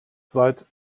seit